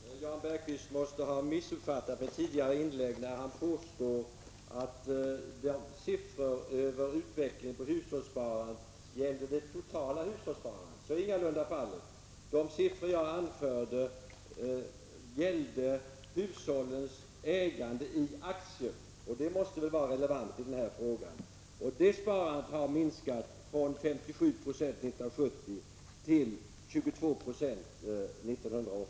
Herr talman! Jan Bergqvist måste ha missuppfattat mitt tidigare inlägg, eftersom han påstod att de siffror över utvecklingen av hushållssparandet som jag redovisade gällde det totala hushållssparandet. Så var ingalunda fallet. De siffror som jag anförde gällde hushållens ägande i aktier, och det måste väl vara relevant i denna fråga. Det sparandet har minskat från 57 96 år 1970 till 22 20 år 1983.